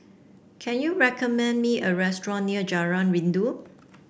can you recommend me a restaurant near Jalan Rindu